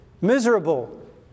miserable